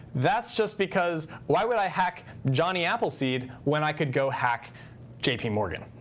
that's just because why would i hack johnny appleseed when i could go hack jp morgan?